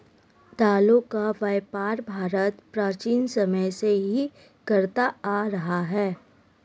दालों का व्यापार भारत प्राचीन समय से ही करता आ रहा है